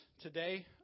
today